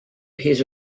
his